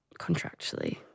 contractually